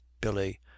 billy